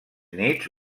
nits